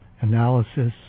analysis